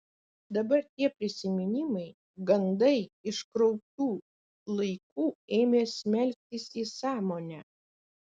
dabar tie prisiminimai gandai iš kraupių laikų ėmė smelktis į sąmonę